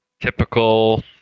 typical